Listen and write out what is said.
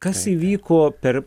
kas įvyko per